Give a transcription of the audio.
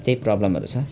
त्यही प्रब्लमहरू छ